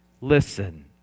listen